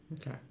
Okay